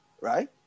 right